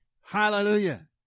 Hallelujah